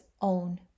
own